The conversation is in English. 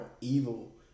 evil